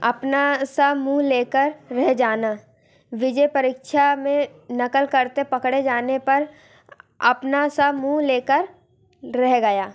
अपना सा मुँह ले कर रह जाना विजय परीक्षा में नकल करते पकड़े जाने पर अपना सा मुँह ले कर रह गया